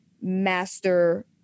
Master